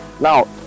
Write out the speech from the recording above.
Now